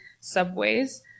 subways